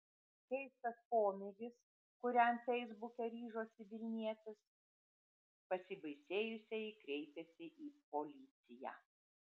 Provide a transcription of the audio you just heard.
keistas pomėgis kuriam feisbuke ryžosi vilnietis pasibaisėjusieji kreipėsi į policiją